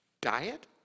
Diet